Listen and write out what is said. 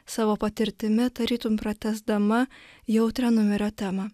savo patirtimi tarytum pratęsdama jautrią numerio temą